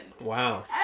Wow